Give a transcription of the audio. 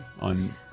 on